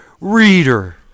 reader